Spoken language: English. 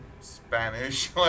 spanish